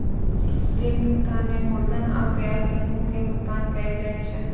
ऋण भुगतान में मूलधन आ ब्याज, दुनू के भुगतान कैल जाइ छै